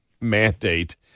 mandate